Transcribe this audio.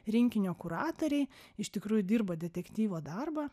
rinkinio kuratoriai iš tikrųjų dirba detektyvo darbą